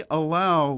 allow